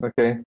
okay